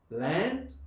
land